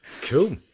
Cool